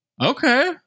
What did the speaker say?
Okay